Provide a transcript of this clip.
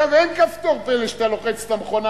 אין כפתור פלא שאתה לוחץ על המכונה,